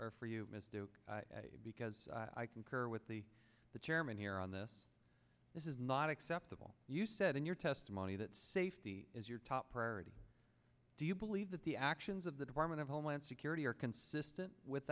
there for you because i concur with the the chairman here on this this is not acceptable you said in your testimony that safety is your top priority do you believe that the actions of the department of homeland security are consistent with